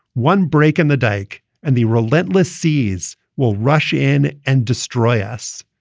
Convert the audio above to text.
one break in the dike and the relentless seas will rush in and destroy ah us.